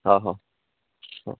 ହ ହଉ ହଁ